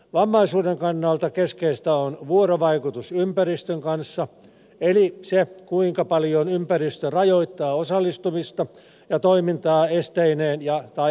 vammaisuuden kannalta keskeistä on vuorovaikutus ympäristön kanssa eli se kuinka paljon ympäristö rajoittaa osallistumista ja toimintaa esteineen tai asenteineen